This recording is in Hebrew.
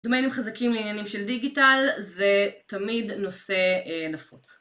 דומיינים חזקים לעניינים של דיגיטל זה תמיד נושא נפוץ.